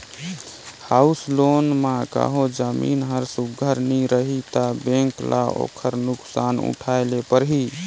house loan म कहों जमीन हर सुग्घर नी रही ता बेंक ल ओकर नोसकान उठाए ले परही